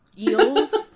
eels